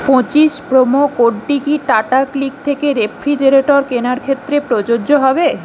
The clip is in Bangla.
পঁচিশ প্রোমো কোডটি কি টাটা ক্লিক থেকে রেফ্রিজেরেটর কেনার ক্ষেত্রে প্রযোজ্য হবে